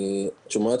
מבקר המדינה